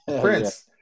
Prince